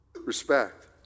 respect